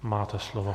Máte slovo.